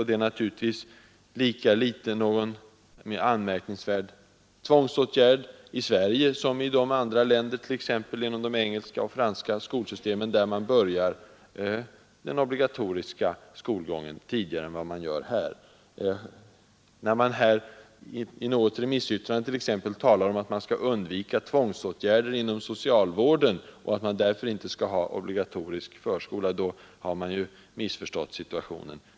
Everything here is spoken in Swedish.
Det är naturligtvis lika litet någon anmärkningsvärd tvångsåtgärd i Sverige som i de andra länder, t.ex. inom de engelska och franska skolsystemen, där den obligatoriska skolgången börjar tidigare än vad den gör här. När det i något remissyttrande t.ex. talas om att man skall undvika tvångsåtgärder inom socialvården och att man därför inte skall ha obligatorisk förskola, har man missförstått situationen.